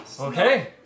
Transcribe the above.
Okay